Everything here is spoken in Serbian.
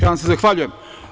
Ja vam se zahvaljujem.